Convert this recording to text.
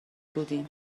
بودیم